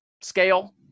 scale